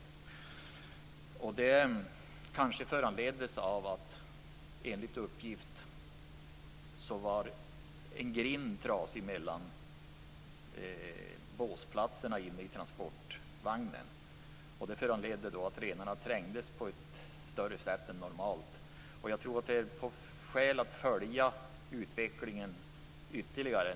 De förorsakades kanske av att en grind enligt uppgift var trasig mellan båsplatserna i transportvagnen. Det gjorde att renarna trängdes mer än normalt. Det är skäl att följa utvecklingen ytterligare.